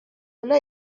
حالا